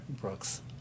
brooks